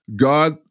God